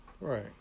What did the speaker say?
Right